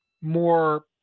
more